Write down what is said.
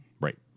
Right